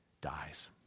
dies